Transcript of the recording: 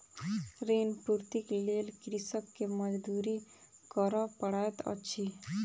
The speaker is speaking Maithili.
ऋण पूर्तीक लेल कृषक के मजदूरी करअ पड़ैत अछि